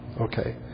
okay